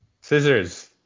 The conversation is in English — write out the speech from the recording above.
scissors